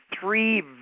three